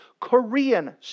Korean